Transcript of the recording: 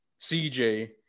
CJ